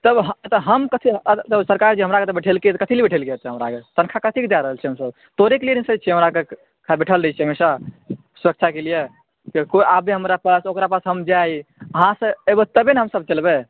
तब हम कथी देखियौ सरकार जे हमरा अर कऽ बैठेलकै से कथी लए बैठेलकै हमरा अर के तनखा कथी के दय रहल छै तोरे अर के लिये ने सोचै छियै हमरा अर बैठल रहल छियै हमेशा सुरक्षा के लिये कोइ आबै हमरा पास ओकरा पास हम जाइ अहाँ सब अयबै तबे ने हम सब चलबै